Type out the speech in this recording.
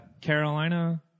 Carolina